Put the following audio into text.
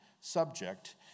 subject